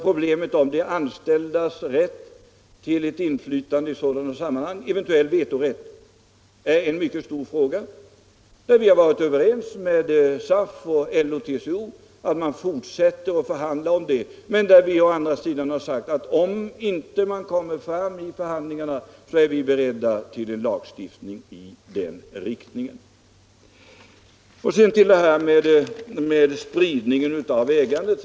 Problemet om de anställdas rätt till inflytande i sådana sammanhang, eventuellt vetorätt, är här en mycket stor fråga, där vi har varit överens med SAF, LO och TCO om att man skall fortsätta att förhandla men där vi å andra sidan har sagt att om man inte kommer till något resultat i förhandlingarna är vi beredda till lagstiftning i den riktningen. Sedan till frågan om spridandet av ägandet.